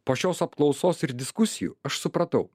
po šios apklausos ir diskusijų aš supratau